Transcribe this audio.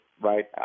Right